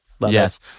yes